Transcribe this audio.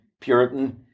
Puritan